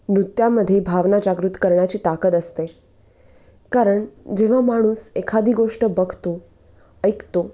नृत्यामध्ये भावना जागृत करण्याची ताकद असते कारण जेव्हा माणूस एखादी गोष्ट बघतो ऐकतो